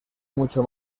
mucho